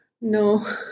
No